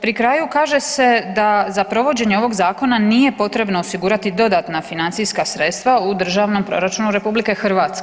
Pri kraju kaže se da za provođenje ovog zakona nije potrebno osigurati dodatna financijska sredstva u Državnom proračunu RH.